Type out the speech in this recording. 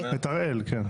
כן.